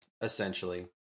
essentially